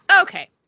okay